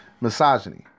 Misogyny